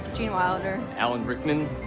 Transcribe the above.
gene wilder. alan rickman.